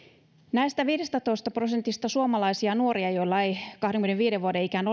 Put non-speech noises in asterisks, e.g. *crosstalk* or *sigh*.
näistä viidestätoista prosentista suomalaisia nuoria joilla ei kahdenkymmenenviiden vuoden ikään *unintelligible*